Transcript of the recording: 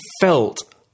felt